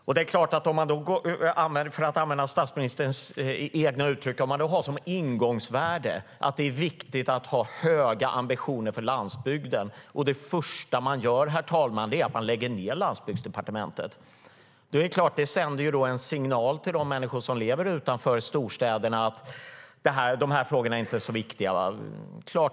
Om man använder statsministerns egna uttryck att det som ingångsvärde är viktigt att ha höga ambitioner för landsbygden, och det första man gör, herr talman, är att lägga ned Landsbygdsdepartementet, är det klart att det sänder en signal till de människor som lever utanför storstäderna att frågorna inte är så viktiga.